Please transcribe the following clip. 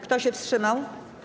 Kto się wstrzymał?